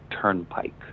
Turnpike